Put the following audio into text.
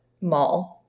mall